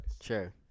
Sure